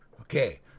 Okay